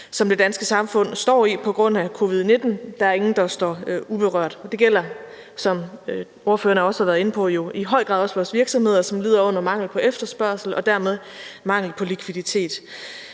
som det danske samfund står i på grund af covid-19. Der er ingen, der står uberørt. Det gælder jo, som ordførerne også har været inde på, i høj grad også vores virksomheder, som lider under mangel på efterspørgsel og dermed mangel på likviditet.